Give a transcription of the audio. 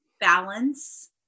balance